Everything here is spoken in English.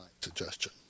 suggestion